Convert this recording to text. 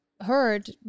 heard